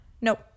Nope